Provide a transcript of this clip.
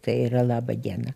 tai yra labą dieną